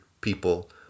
people